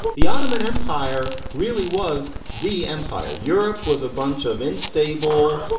the ottoman empire really was the empire. europe was a bunch of unstable,